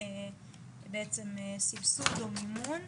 בעצם סבסוד או מימון השתתפות.